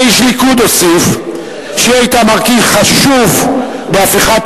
כאיש ליכוד אוסיף שהיא היתה מרכיב חשוב בהפיכת